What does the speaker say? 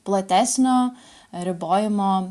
platesnio ribojimo